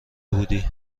بودی